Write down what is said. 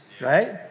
right